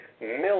million